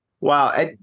Wow